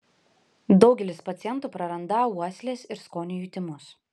daugelis pacientų prarandą uoslės ir skonio jutimus